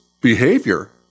behavior